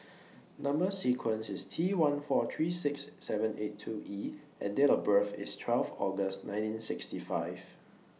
Number sequence IS T one four three six seven eight two E and Date of birth IS twelve August nineteen sixty five